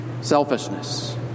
selfishness